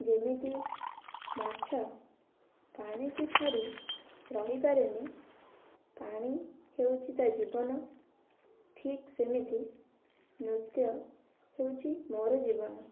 ଯେମିତି ମାଛ ପାଣିକି ଛାଡ଼ି ରହିପାରେନି ପାଣି ହେଉଛି ତା' ଜୀବନ ଠିକ୍ ସେମିତି ନୃତ୍ୟ ହେଉଛି ମୋର ଜୀବନ